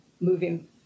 moving